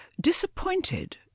disappointed